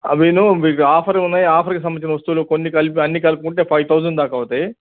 అవి మీకు ఆఫర్ ఉన్నాయి ఆఫర్కి సంబంధించిన వస్తువులు కొన్ని కల్పి అన్నీ కలుపుకుంటే ఫైవ్ థౌసండ్ దాక అవుతాయి